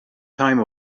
time